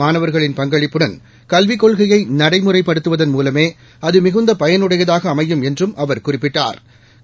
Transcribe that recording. மாணவர்களின் பங்களிப்புடன் கல்விக் கொள்கையை நடைமுறைப்படுத்துவதன் மூலமே அது மிகுந்த பயனுடையதாக அமையும் என்றும் அவா் குறிப்பிட்டாா்